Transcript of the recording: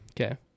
Okay